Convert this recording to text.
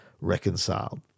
reconciled